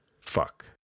Fuck